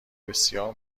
بسیار